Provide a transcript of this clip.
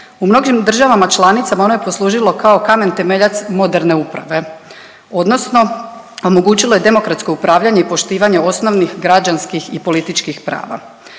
u mnogim državama članicama ono je poslužilo kao kamen temeljac moderne uprave odnosno omogućilo je demokratsko upravljanje i poštivanje osnovnih građanskih i političkih prava.